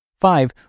Five